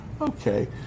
Okay